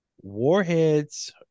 Warheads